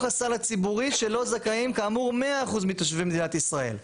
הסל הציבורי שלו זכאים כאמור 100% מתושבי מדינת ישראל.